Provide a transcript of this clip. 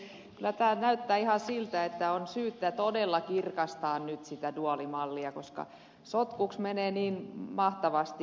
kyllä tämä näyttää ihan siltä että on syytä todella kirkastaa nyt sitä duaalimallia koska sotkuksi menee niin mahtavasti